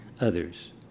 others